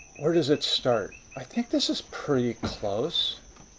where does it start? i think this is pretty close.